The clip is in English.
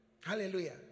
Hallelujah